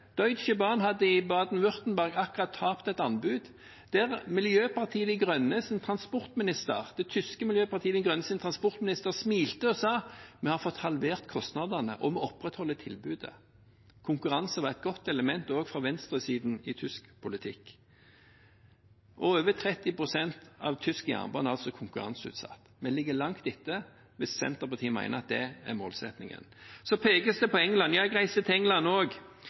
hadde i Baden-Württemberg akkurat tapt et anbud, og det tyske miljøpartiets – «De grønnes» – transportminister smilte og sa: Vi har fått halvert kostnadene, og vi opprettholder tilbudet. Konkurranse var et godt element også for venstresiden i tysk politikk. Over 30 pst. av tysk jernbane er konkurranseutsatt. Vi ligger langt etter hvis Senterpartiet mener at det er målsettingen. Så pekes det på England. Ja, jeg reiste til England